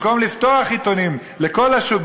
במקום לפתוח עיתונים לכל השוק,